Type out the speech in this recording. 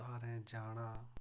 धारें जाना